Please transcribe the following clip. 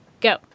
go